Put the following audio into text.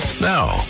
Now